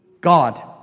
God